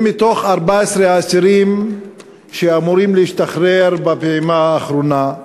הם מתוך 14 האסירים שאמורים להשתחרר בפעימה האחרונה,